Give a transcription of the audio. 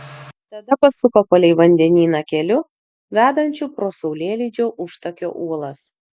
tada pasuko palei vandenyną keliu vedančiu pro saulėlydžio užtakio uolas